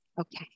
Okay